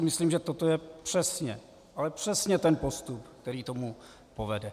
Myslím si, že toto je přesně, ale přesně ten postup, který k tomu povede.